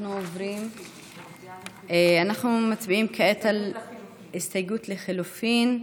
אנחנו מצביעים כעת על הסתייגות לחלופין.